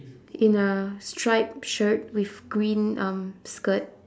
in a striped shirt with green um skirt